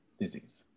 disease